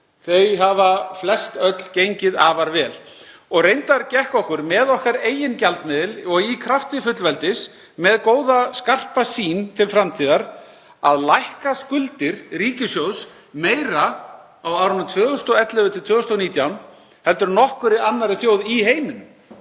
Þau hafa flest öll gengið afar vel. Reyndar gekk okkur með okkar eigin gjaldmiðli og í krafti fullveldis, með góða skarpa sýn til framtíðar, að lækka skuldir ríkissjóðs meira á árunum 2011–2019 en nokkurri annarri þjóð í heiminum